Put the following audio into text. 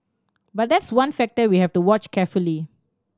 but that's one factor we have to watch carefully